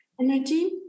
energy